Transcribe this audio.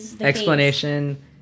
explanation